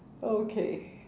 okay